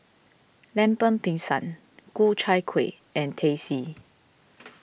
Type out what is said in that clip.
Lemper Pisang Ku Chai Kueh and Teh C